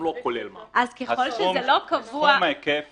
סכום ההיקף